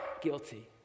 Guilty